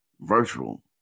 virtual